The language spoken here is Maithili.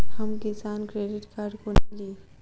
हम किसान क्रेडिट कार्ड कोना ली?